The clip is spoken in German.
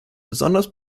besonders